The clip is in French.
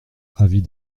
avis